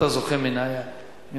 אתה זוכה מן ההפקר,